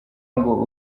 ngo